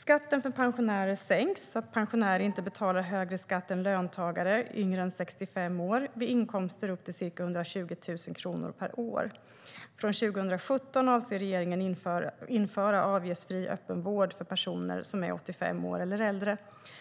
Skatten för pensionärer sänks så att pensionärer inte betalar högre skatt än löntagare yngre än 65 år vid inkomster upp till ca 120 000 kr per år. Från 2017 avser regeringen att införa avgiftsfri öppenvård för personer som är 85 år eller äldre.